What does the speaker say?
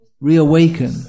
reawaken